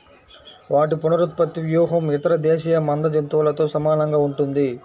వాటి పునరుత్పత్తి వ్యూహం ఇతర దేశీయ మంద జంతువులతో సమానంగా ఉంటుంది